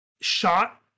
shot